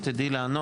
אם תדעי לענות,